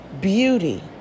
beauty